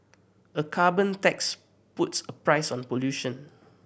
a carbon tax puts a price on pollution